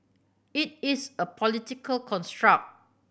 it is a political construct